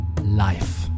life